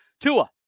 Tua